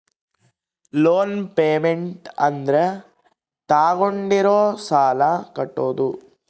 loan payment ಅಂದ್ರ ತಾಗೊಂಡಿರೋ ಸಾಲ ಕಟ್ಟೋದು